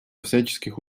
всяческих